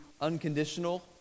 unconditional